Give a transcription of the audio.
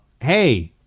hey